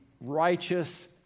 righteous